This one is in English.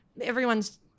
everyone's